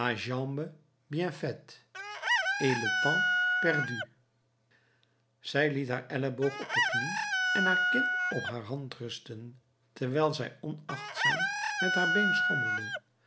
perdu zij liet haar elleboog op de knie en haar kin op haar hand rusten terwijl zij onachtzaam met haar been schommelde